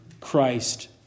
Christ